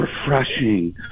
refreshing